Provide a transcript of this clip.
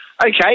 Okay